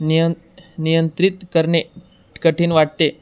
नियंत नियंत्रित करणे कठीण वाटते